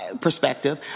perspective